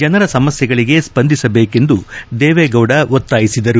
ಜನರ ಸಮಸ್ಯೆಗಳಿಗೆ ಸ್ಪಂದಿಸಬೇಕೆಂದು ದೇವೇಗೌಡ ಒತ್ತಾಯಿಸಿದರು